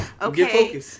Okay